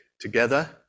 together